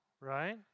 right